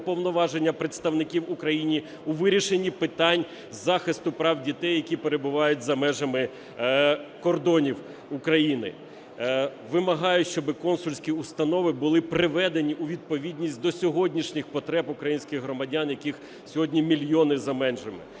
уповноваження представників України у вирішенні питань захисту прав дітей, які перебувають за межами кордонів України. Вимагаю, щоби консульські установи були приведені у відповідність до сьогоднішніх потреб українських громадян, яких сьогодні мільйони за межами.